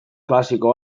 klasiko